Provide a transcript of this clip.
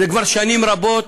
זה כבר שנים רבות